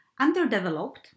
underdeveloped